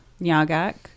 nyagak